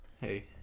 Hey